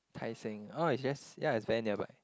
Tai-Seng oh it's just yeah it's very nearby